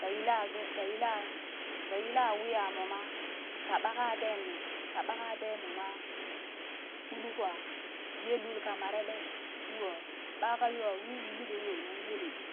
Ka yila ɓe ka yila ka yila wii aa moma, ka ɓaka teen ka ɓaka teen moma uli kwaa ye lul ka mare ɓee shuu aa? ɓaka yo aa wii yuu liɓee yoo nan yele ii,